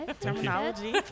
Terminology